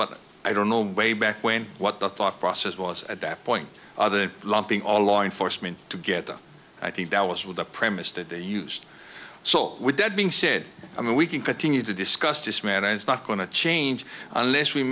but i don't know way back when what the thought process was at that point other lumping all law enforcement to get them i think that was with the premise that they used so with that being said i mean we can continue to discuss this man it's not going to change unless we